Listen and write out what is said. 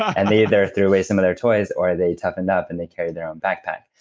and they either threw away some of their toys, or they toughened up and they carried their own backpack.